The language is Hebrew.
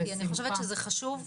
כי אני חושבת שזה חשוב,